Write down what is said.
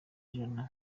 ijana